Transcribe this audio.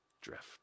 drift